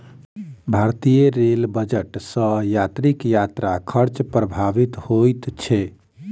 भारतीय rail budget सॅ यात्रीक यात्रा खर्च प्रभावित होइत छै